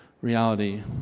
reality